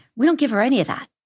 we don't give her any of that.